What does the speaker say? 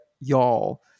y'all